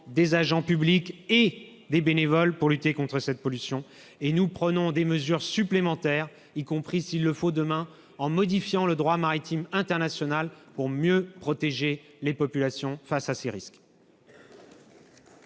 des agents publics et des bénévoles pour lutter contre la pollution. Nous prenons des mesures supplémentaires et, s'il le faut, nous agirons pour modifier le droit maritime international afin de mieux protéger les populations contre ces risques.